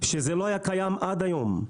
שזה לא היה קיים עד היום,